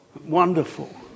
wonderful